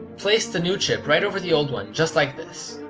place the new chip right over the old one, just like this.